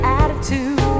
attitude